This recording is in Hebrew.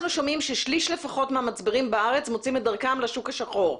אנחנו שומעים שלפחות שליש מהמצברים בארץ מוצאים את דרכם לשוק השחור.